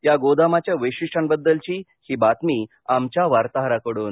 या गोदामाच्या वैशिष्ट्यांबद्दलची ही बातमी आमच्या वार्ताहराकडून